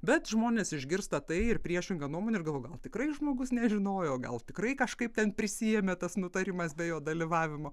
bet žmonės išgirsta tai ir priešingą nuomonę ir galvoju gal tikrai žmogus nežinojo gal tikrai kažkaip ten prisiėmė tas nutarimas be jo dalyvavimo